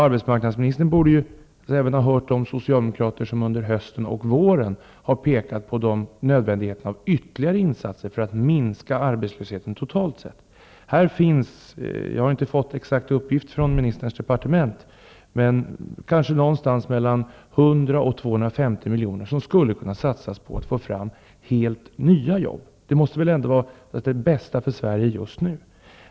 Arbetsmarknadsministern borde även ha hört de socialdemokrater som i höstas och nu under våren har pekat på nödvändigheten av ytterligare insatser för att minska arbetslösheten totalt sett. Jag har inte fått den exakta uppgiften från ministerns departement, men det är någonstans mellan 100 och 250 miljoner som skulle kunna satsas på att få fram helt nya jobb. Det måste väl vara det bästa för Sverige just nu.